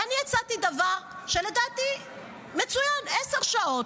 ואני הצעתי דבר, שלדעתי הוא מצוין: עשר שעות.